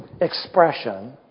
expression